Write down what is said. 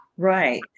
Right